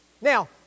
Now